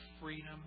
freedom